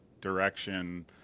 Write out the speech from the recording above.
direction